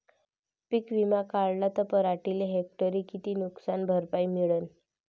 पीक विमा काढला त पराटीले हेक्टरी किती नुकसान भरपाई मिळीनं?